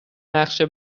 نقشه